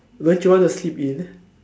don't you want to sleep in